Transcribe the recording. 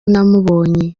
namubonye